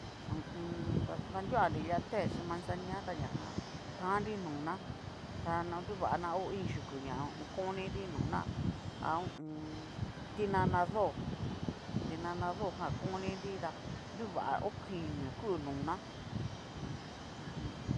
Ho o on. danruanri lia té xhí manzania tá ñajan, tannri nona ta na nruvana o iin yuku ná, koni nona ha ho o on. ti'nana do, ti'nana dojan koninri tá ta nruva okuin ña ku'u nona u jum.